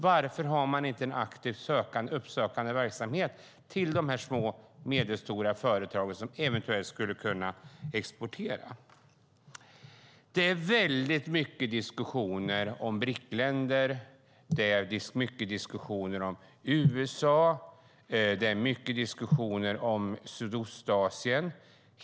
Varför har man inte en aktivt uppsökande verksamhet mot de små och medelstora företag som eventuellt skulle kunna exportera? Det är väldigt mycket diskussioner om BRIC-länder, USA och Sydostasien.